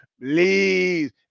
please